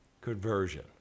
conversion